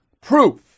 proof